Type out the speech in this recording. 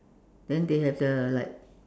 then they have the like